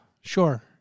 sure